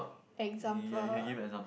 example